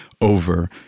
over